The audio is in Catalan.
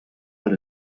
per